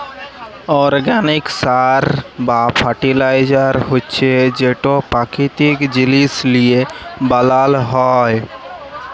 organic সার বা fertiliser হছে যেট পাকিতিক জিলিস লিঁয়ে বালাল হ্যয়